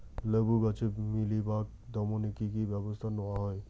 লেবু গাছে মিলিবাগ দমনে কী কী ব্যবস্থা নেওয়া হয়?